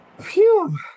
Phew